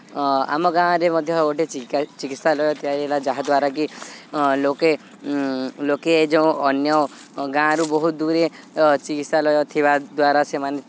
ଆମ ଗାଁରେ ମଧ୍ୟ ଗୋଟେ ଚିକିତ୍ସାଳୟ ତିଆରି ହେଲା ଯାହା ଦ୍ୱାରାକିି ଲୋକେ ଲୋକେ ଯେଉଁ ଅନ୍ୟ ଗାଁରୁ ବହୁତ ଦୂରେ ଚିକିତ୍ସାଳୟ ଥିବା ଦ୍ୱାରା ସେମାନେ